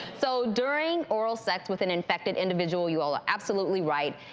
so during oral sex with an infected individual, you all are absolutely right,